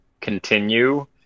continue